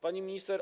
Pani Minister!